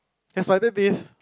that's why today's